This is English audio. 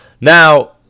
Now